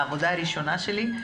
העבודה הראשונה שלי,